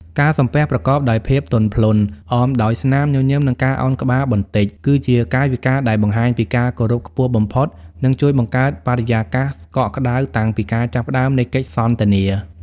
ការ"សំពះ" ប្រកបដោយភាពទន់ភ្លន់ អមដោយស្នាមញញឹម និងការអោនក្បាលបន្តិច គឺជាកាយវិការដែលបង្ហាញពីការគោរពខ្ពស់បំផុត និងជួយបង្កើតបរិយាកាសកក់ក្ដៅតាំងពីការចាប់ផ្ដើមនៃកិច្ចសន្ទនា។